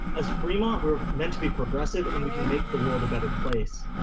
as fremont, we're meant to be progressive and we can make the world a better place.